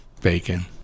Bacon